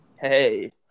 Hey